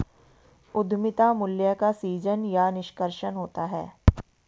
उद्यमिता मूल्य का सीजन या निष्कर्षण होता है